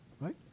right